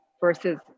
versus